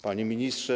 Panie Ministrze!